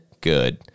Good